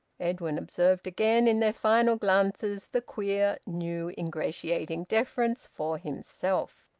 edwin observed again, in their final glances, the queer, new, ingratiating deference for himself.